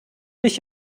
mich